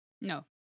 No